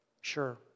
Sure